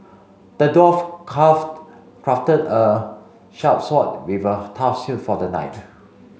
the dwarf craft crafted a sharp sword tough shield for the knight